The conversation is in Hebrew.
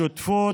השותפות,